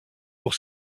pour